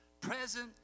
present